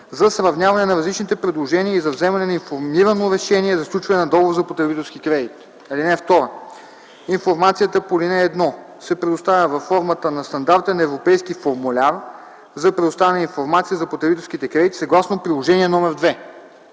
за сравняване на различните предложения и за вземане на информирано решение за сключване на договор за потребителски кредит. (2) Информацията по ал. 1 се предоставя във формата на стандартен европейски формуляр за предоставяне на информация за потребителските кредити, съгласно Приложение № 2.